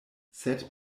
sed